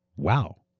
wow,